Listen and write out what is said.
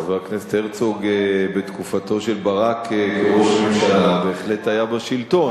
אבל חבר הכנסת הרצוג בתקופתו של ברק כראש ממשלה בהחלט היה בשלטון.